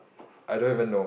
I don't even know